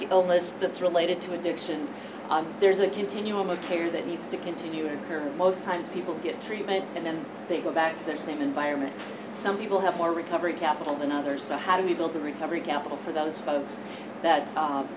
you illness that's related to addiction there's a continuum of care that needs to continue most times people get treatment and then they go back to the same environment some people have more recovery capital than others so how do we build the recovery capital for those folks that